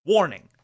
Warning